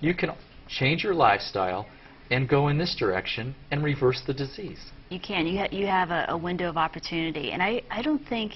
you can change your lifestyle and go in this direction and reverse the disease you can you get you have a window of opportunity and i i don't think